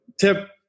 tip